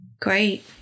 Great